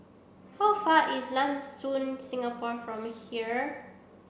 how far is Lam Soon Singapore from here